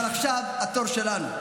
אבל עכשיו התור שלנו,